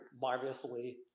marvelously